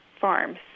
farms